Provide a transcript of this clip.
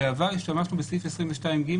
בעבר השתמשנו בסעיף 22(ג)